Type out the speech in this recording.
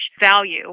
value